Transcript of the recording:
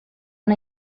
una